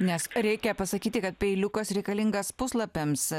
nes reikia pasakyti kad peiliukas reikalingas puslapiams